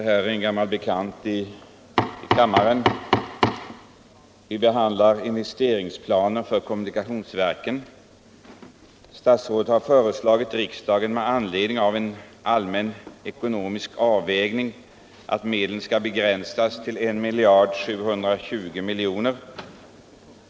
Herr talman! Investeringsplan för kommunikationsverken är en gammal bekant i kammaren. Statsrådet har efter en allmän ekonomisk avvägning föreslagit riksdagen att medlen skall begränsas till I 720 milj.kr.